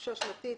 חופשה שנתית,